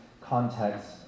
context